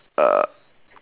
uh